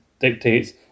dictates